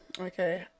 Okay